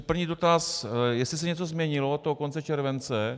První dotaz, jestli se něco změnilo od konce července.